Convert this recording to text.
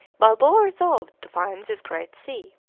balboa resolved to find this great sea.